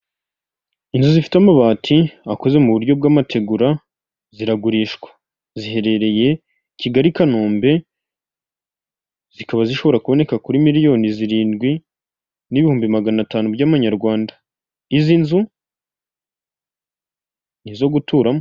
Inzu zifite amabati akoze mu buryo bw'amategura ziragurishwa, ziherereye kigali Kanombe zikaba zishobora kuboneka kuri miliyoni zirindwi n'ibihumbi magana atanu by'amanyarwanda izi nzu ni izo guturamo.